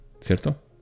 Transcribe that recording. ¿Cierto